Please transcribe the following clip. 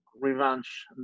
revenge